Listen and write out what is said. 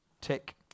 Tick